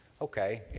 okay